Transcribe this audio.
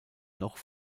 noch